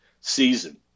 season